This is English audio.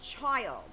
child